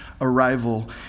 arrival